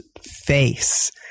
face